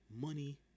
money